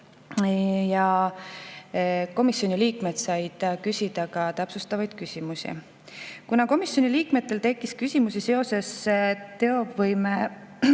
ja komisjoni liikmed said küsida täpsustavaid küsimusi. Kuna komisjoni liikmetel tekkis küsimusi seoses töövõimetoetuse